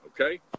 Okay